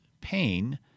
pain